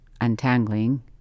untangling